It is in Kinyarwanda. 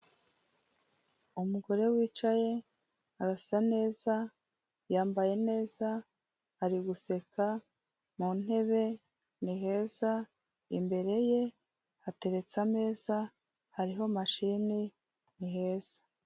Umugore wicaye arasa neza, yambaye neza ari guseka, mu ntebe ni heza, imbere ye hateretse ameza, hariho mashine ni heza.